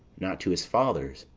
not to his father's.